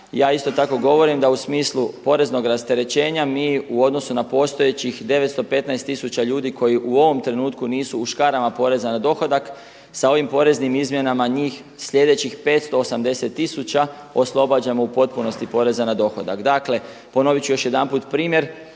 ja isto tako govorim da u smislu poreznog rasterećenja mi u odnosu na postojećih 915 tisuća ljudi koji u ovom trenutku nisu u škarama poreza na dohodak sa ovim poreznim izmjenama njih slijedećih 580 tisuća oslobađamo u potpunosti poreza na dohodak. Dakle, ponovit ću još jedanput primjer